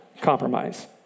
compromise